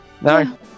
no